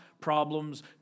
problems